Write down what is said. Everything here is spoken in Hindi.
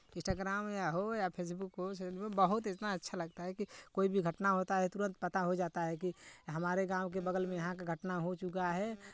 इंस्टाग्राम या हो या फेसबुक हो सच में बहुत इतना अच्छा लगता है कि कोई भी घटना होता है तुरंत पता हो जाता है कि हमारे गाँव के बगल में यहाँ का घटना हो चुका है